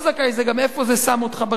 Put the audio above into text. זה גם איפה זה שם אותך ברשימה.